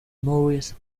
maurice